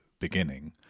beginning